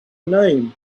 name